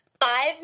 five